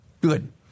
good